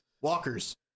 Walkers